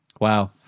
Wow